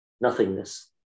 nothingness